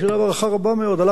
הלך עם תוכנית חירום א',